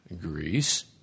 Greece